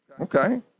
okay